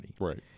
Right